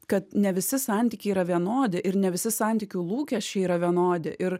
kad ne visi santykiai yra vienodi ir ne visi santykių lūkesčiai yra vienodi ir